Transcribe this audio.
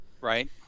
right